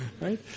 right